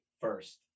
first